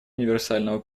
универсального